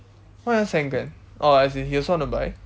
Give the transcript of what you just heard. why you want to send glenn oh as in he also want to buy